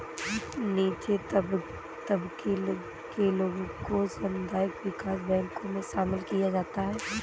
नीचे तबके के लोगों को सामुदायिक विकास बैंकों मे शामिल किया जाता है